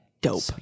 dope